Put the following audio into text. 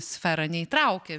sferą neįtraukė